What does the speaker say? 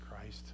Christ